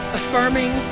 affirming